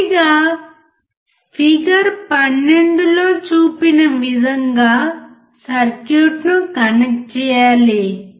మొదటిగా ఫిగర్ 12 లో చూపిన విధంగా సర్క్యూట్ను కనెక్ట్ చేయాలి